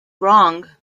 wrong